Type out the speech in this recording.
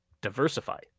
Diversify